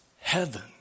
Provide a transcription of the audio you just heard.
heaven